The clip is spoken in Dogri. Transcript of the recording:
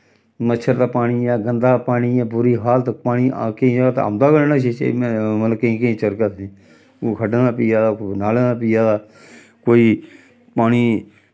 मच्छर दा पानी ऐ गंदा पानी ऐ बुरी हालत पानी केईं ज'गा ते औंदा गै नेईं ना छे छे मतलब केईं केईं चिर कोई खड्डें दा पिया दा कोई नालें दा पिया दा कोई पानी